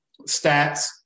stats